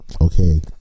okay